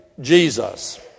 Jesus